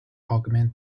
augment